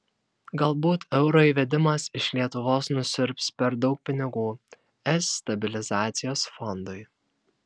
galbūt euro įvedimas iš lietuvos nusiurbs per daug pinigų es stabilizacijos fondui